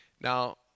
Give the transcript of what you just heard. Now